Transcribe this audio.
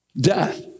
Death